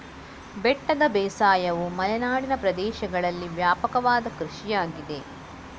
ಬೆಟ್ಟದ ಬೇಸಾಯವು ಮಲೆನಾಡಿನ ಪ್ರದೇಶಗಳಲ್ಲಿ ವ್ಯಾಪಕವಾದ ಕೃಷಿಯಾಗಿದೆ